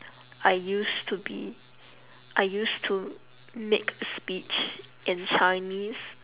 I used to be I used to make a speech in chinese